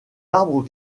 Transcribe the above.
arbres